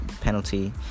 penalty